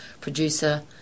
producer